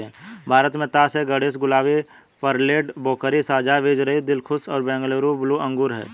भारत में तास ए गणेश, गुलाबी, पेर्लेट, भोकरी, साझा बीजरहित, दिलखुश और बैंगलोर ब्लू अंगूर हैं